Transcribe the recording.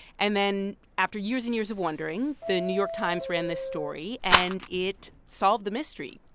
and then after years and years of wondering, the new york times ran this story, and it solved the mystery.